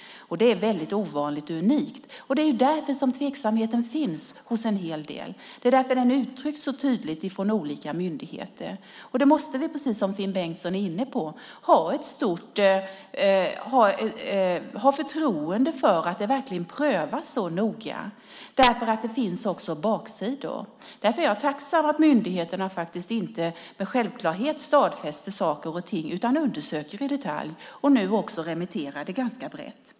Det är väldigt ovanligt, faktiskt unikt. Det är därför tveksamheten finns hos många. Det är därför den uttrycks så tydligt från olika myndigheters sida. Vi måste, precis som Finn Bengtsson är inne på, ha ett stort förtroende för att vaccinet verkligen prövas noga, därför att det också finns baksidor. Därför är jag tacksam för att myndigheterna faktiskt inte med självklarhet stadfäster saker och ting utan undersöker i detalj och nu också remitterar ärendet ganska brett.